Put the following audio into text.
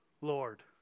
Lord